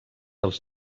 els